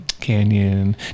Canyon